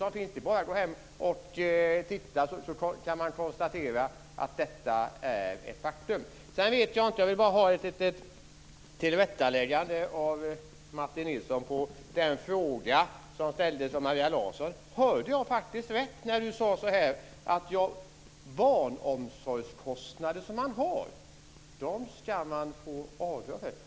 Det är bara att gå hem och titta och konstatera att detta är ett faktum. Jag vill bara ha ett tillrättaläggande av Martin Nilsson i den fråga som ställdes av Maria Larsson. Hörde jag rätt när jag tyckte att Martin Nilsson sade att de barnomsorgskostnader som man har ska man få avdrag för?